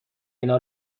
اینا